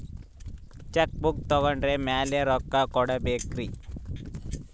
Check book ತೊಗೊಂಡ್ರ ಮ್ಯಾಲೆ ರೊಕ್ಕ ಕೊಡಬೇಕರಿ?